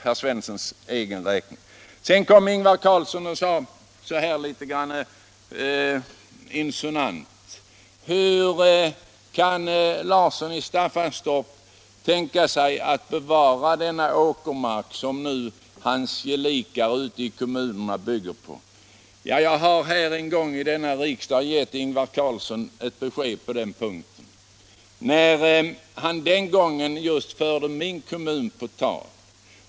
Herr Ingvar Carlsson undrade litet insinuant hur herr Larsson i Staffanstorp kunde tänka sig att bevara den åkerjord som hans gelikar ute i kommunerna bygger på. Jag har i denna riksdag redan gett Ingvar Carlsson ett besked på den punkten, när han den gången förde min kommun på tal.